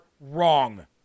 wrong